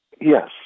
yes